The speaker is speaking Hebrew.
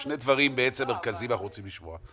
שני דברים מרכזיים אנחנו רוצים לשמוע.